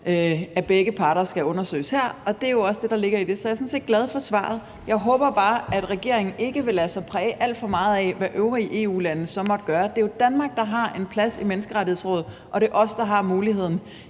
at begge parter skal undersøges her, og det er jo også det, der ligger i det. Så jeg er sådan set glad for svaret. Jeg håber bare, at regeringen ikke vil lade sig præge alt for meget af, hvad øvrige EU-lande så måtte gøre. Det er jo Danmark, der har en plads i Menneskerettighedsrådet, og det er os, der har muligheden